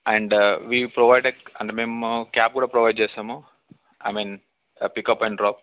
and we provide a అంటే మేము cab కూడా ప్రొవైడ్ చేస్తాము I mean pickup and drop